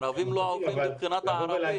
הערבים לא עוברים את הבחינה בערבית.